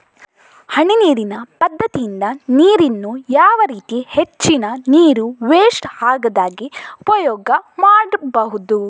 ಹನಿ ನೀರಿನ ಪದ್ಧತಿಯಿಂದ ನೀರಿನ್ನು ಯಾವ ರೀತಿ ಹೆಚ್ಚಿನ ನೀರು ವೆಸ್ಟ್ ಆಗದಾಗೆ ಉಪಯೋಗ ಮಾಡ್ಬಹುದು?